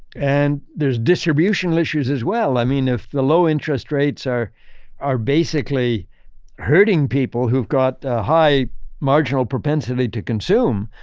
and there's distributional issues as well. i mean, if the low interest rates are are basically hurting people who've got a high marginal propensity to consume,